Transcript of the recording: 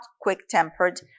quick-tempered